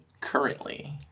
currently